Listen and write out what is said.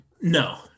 no